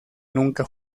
nunca